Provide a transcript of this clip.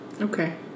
Okay